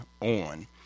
on